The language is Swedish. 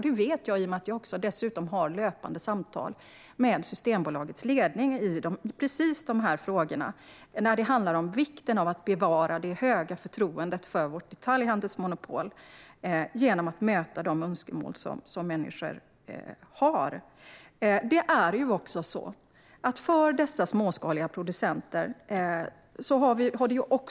Det vet jag i och med att jag har löpande samtal med Systembolagets ledning i precis de här frågorna, det vill säga när det handlar om vikten av att bevara det höga förtroendet för vårt detaljhandelsmonopol genom att möta människors önskemål.